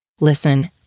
listen